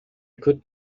could